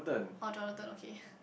oh Jonathan okay